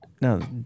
No